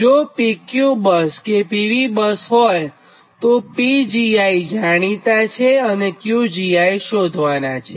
જો PQ bus કે PV bus હોયતો Pgi જાણીતા છે અને Qgi શોધવાનાં છે